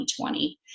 2020